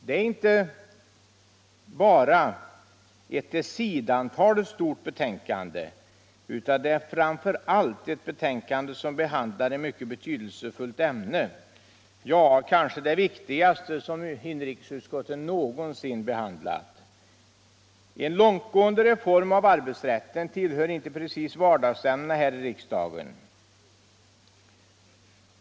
Det är emellertid inte bara ett till sidantalet stort betänkande, utan det är framför allt ett betänkande som behandlar ett mycket betydelsefullt ämne, ja kanske det viktigaste som inrikesutskottet någonsin behandlat. En långtgående reform av arbetsrätten tillhör inte precis vardagsämnena här i riksdagen.